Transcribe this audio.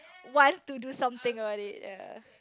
want to do something about it ya